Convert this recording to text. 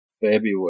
February